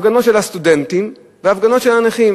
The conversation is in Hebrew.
הפגנות של הסטודנטים והפגנות של הנכים.